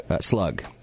slug